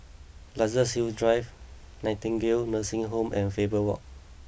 Luxus Hill Drive Nightingale Nursing Home and Faber Walk